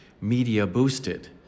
media-boosted